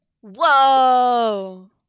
Whoa